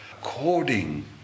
according